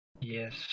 Yes